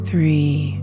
Three